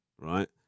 Right